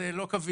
אז זה לא קביל,